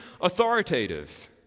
authoritative